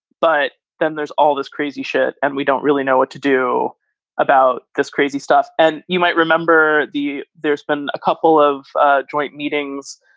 but then there's all this crazy shit and we don't really know what to do about this crazy stuff. and you might remember the there's been a couple of ah joint meetings.